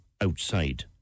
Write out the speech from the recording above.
outside